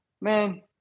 man